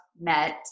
met